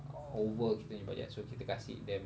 or work kita punya budget so kita kasi them